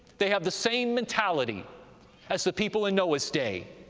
they have the same mentality as the people in noah's day,